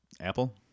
apple